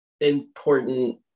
important